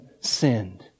sinned